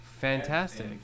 fantastic